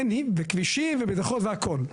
וכבישים ומדרכות והכול.